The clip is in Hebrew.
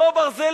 לא ברזל,